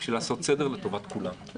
כדי לעשות סדר לטובת כולם.